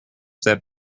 that